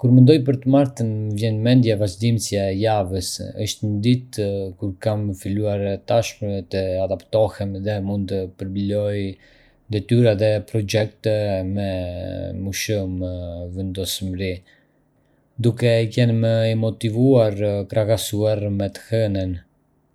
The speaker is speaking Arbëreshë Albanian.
Kur mendoj për të martën, më vjen në mendje vazhdimësia e javës. Është një ditë kur kam filluar tashmë të adaptohem, dhe mund të përballoj detyra dhe projekte me më shumë vendosmëri, duke qenë më i motivuar krahasuar me të hënën.